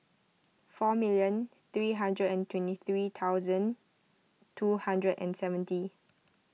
four million three hundred and twenty three thousand two hundred and seventy